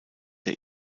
der